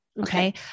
Okay